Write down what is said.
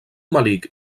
melic